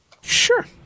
Sure